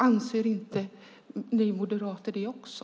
Anser inte ni moderater det också?